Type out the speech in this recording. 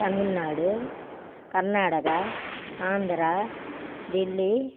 Tamil Nadu Karnataka Andhra Delhi